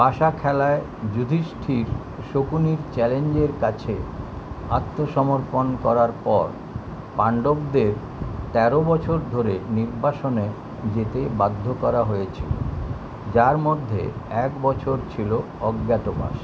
পাশা খেলায় যুধিষ্ঠির শকুনির চ্যালেঞ্জের কাছে আত্মসমর্পণ করার পর পাণ্ডবদের তের বছর ধরে নির্বাসনে যেতে বাধ্য করা হয়েছিল যার মধ্যে এক বছর ছিল অজ্ঞাতবাস